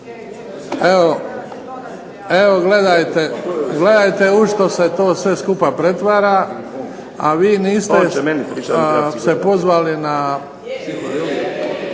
Evo gledajte, u što se to sve skupa pretvara, a vi niste se pozvali na,